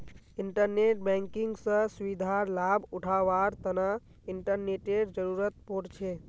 internet banking स सुविधार लाभ उठावार तना इंटरनेटेर जरुरत पोर छे